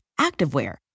activewear